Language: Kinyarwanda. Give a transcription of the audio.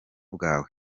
bwe